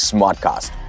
Smartcast